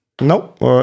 Nope